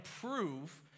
prove